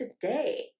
today